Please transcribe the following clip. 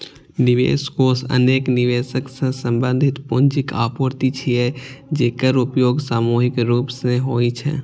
निवेश कोष अनेक निवेशक सं संबंधित पूंजीक आपूर्ति छियै, जेकर उपयोग सामूहिक रूप सं होइ छै